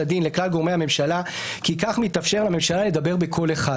הדין לכלל גורמי הממשלה כי כך מתאפשר לממשלה לדבר בקול אחד.